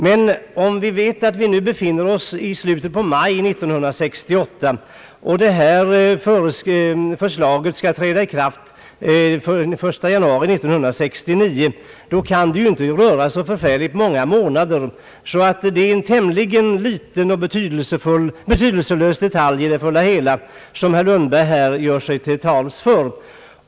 Men då vi nu befinner oss i slutet på maj 1968 och det här förslaget skall träda i kraft den 1 januari 1969 kan det ju inte röra sig om så förfärligt många månader. Det är därför en tämligen liten och betydelselös detalj i det hela som herr Lundberg här talar för.